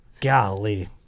golly